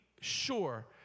sure